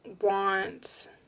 want